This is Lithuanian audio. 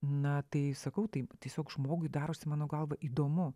na tai sakau taip tiesiog žmogui darosi mano galva įdomu